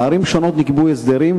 בערים שונות נקבעו הסדרים,